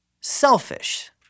selfish